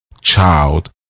child